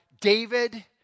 David